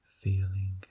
feeling